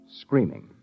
screaming